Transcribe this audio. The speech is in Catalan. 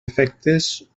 efectes